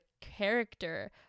character